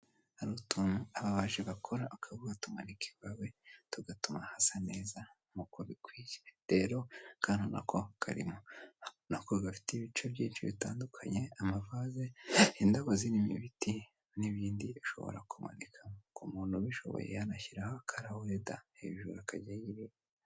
Hari utuntu ababasha ba gukora akabati bamanika iwawe tugatuma hasa neza nkuko biw'ikitero kandi na co karimo nako gafite ibice byinshi bitandukanye amavase indabo zirimorimo ibiti n'ibindi bishobora kumanika ku muntu ubishoboye yanashyiraho karauda hejuru akajya yirira.